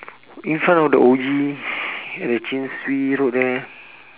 in front of the O_G the chin swee road there